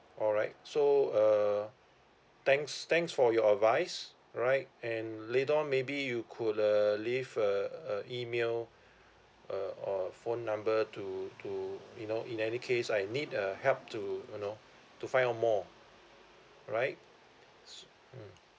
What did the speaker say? alright so uh thanks thanks for your advice alright and later on maybe you could uh leave a a email a or phone number to to you know in any case I need a help to you know to find out more right so mm